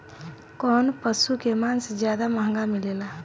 कौन पशु के मांस ज्यादा महंगा मिलेला?